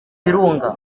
birunga